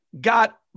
got